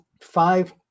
five